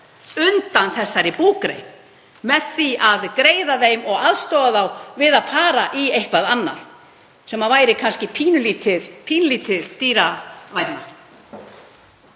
undan þessari búgrein með því að greiða þeim og aðstoða þá við að fara í eitthvað annað sem væri kannski pínulítið dýravænna.